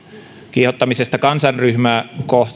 kiihottamisesta kansanryhmää